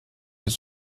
hier